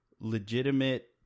legitimate